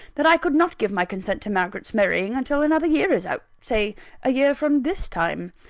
that i could not give my consent to margaret's marrying, until another year is out say a year from this time.